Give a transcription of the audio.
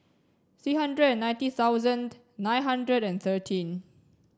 three hundred and ninety thousand nine hundred and thirteen